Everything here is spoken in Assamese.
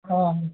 অঁ